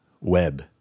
web